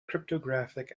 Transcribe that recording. cryptographic